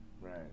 Right